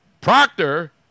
Proctor